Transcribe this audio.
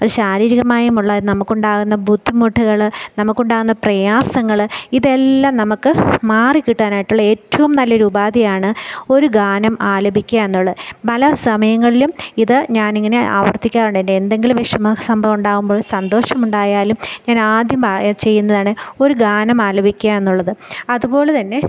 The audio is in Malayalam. ശാരീരികമായുമുള്ള നമുക്കുണ്ടാകുന്ന ബുദ്ധിമുട്ടുകൾ നമുക്കുണ്ടാകുന്ന പ്രയാസങ്ങൾ ഇതെല്ലാം നമുക്ക് മാറിക്കിട്ടാനായിട്ടുള്ള ഏറ്റവും നല്ലൊരു ഉപാധിയാണ് ഒരു ഗാനം ആലപിക്കുക എന്നുള്ളത് പല സമയങ്ങളിലും ഇത് ഞാൻ ഇങ്ങനെ ആവർത്തിക്കാറുണ്ട് എൻ്റെ എന്തെങ്കിലും വിഷമ സംഭവം ഉണ്ടാകുമ്പോൾ സന്തോഷമുണ്ടായാലും ഞാൻ ആദ്യം പാ ചെയ്യുന്നതാണ് ഒരു ഗാനം ആലപിക്കുക എന്നുള്ളത്